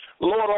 Lord